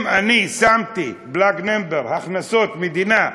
אם אני שמתי number plug, הכנסות המדינה,